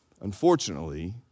Unfortunately